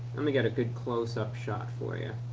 let me get a good close-up shot for you.